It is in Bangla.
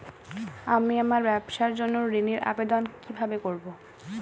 আমি আমার ব্যবসার জন্য ঋণ এর আবেদন কিভাবে করব?